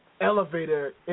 elevator